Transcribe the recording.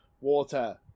water